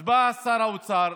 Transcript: אז בא שר האוצר,